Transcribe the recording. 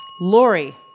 Lori